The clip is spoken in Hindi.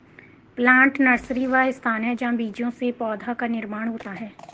प्लांट नर्सरी वह स्थान है जहां बीजों से पौधों का निर्माण होता है